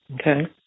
Okay